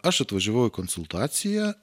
aš atvažiavau į konsultaciją